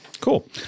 Cool